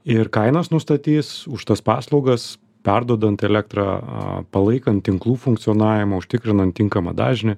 ir kainas nustatys už tas paslaugas perduodant elektrą palaikant tinklų funkcionavimą užtikrinant tinkamą dažnį